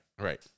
right